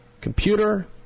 Computer